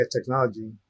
technology